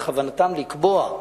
בכוונתם לקבוע,